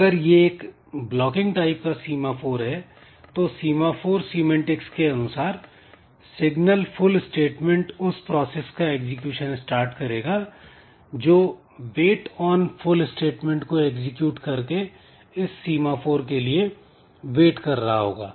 अगर यह एक ब्लॉकिंग टाइप का सीमाफोर है तो सीमा फोर सीमेंटिक्स के अनुसार सिग्नल फुल स्टेटमेंट उस प्रोसेस का एग्जीक्यूशन स्टार्ट करेगा जो वेट ऑन फुल स्टेटमेंट को एग्जीक्यूट करके इस सीमाफोर के लिए वेट कर रहा होगा